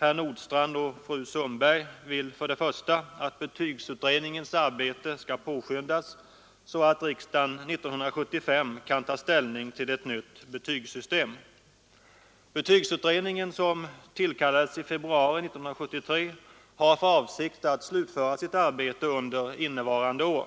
Herr Nordstrandh och fru Sundberg vill att betygsutredningens arbete skall påskyndas så att riksdagen 1975 kan ta ställning till ett nytt betygssystem. Betygsutredningen, som tillkallades i februari 1973, har för avsikt att slutföra sitt arbete under 1974.